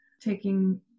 taking